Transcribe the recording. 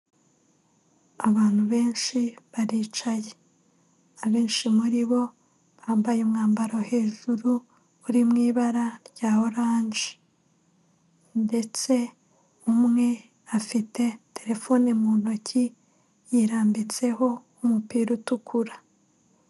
Abantu benshi baricaye. Abenshi muri bo bambaye umwambaro hejuru uri mu ibara rya oranje ndetse umwe afite terefone mu ntoki, yirambitseho umupira utukura.